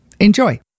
Enjoy